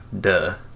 Duh